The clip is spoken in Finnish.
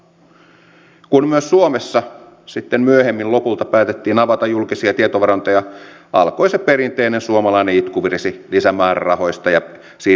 kun myös suomessa sitten myöhemmin lopulta päätettiin avata julkisia tietovarantoja alkoi se perinteinen suomalainen itkuvirsi lisämäärärahoista ja siirtymäajoista